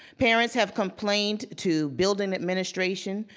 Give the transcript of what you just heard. parents have complained to building administration,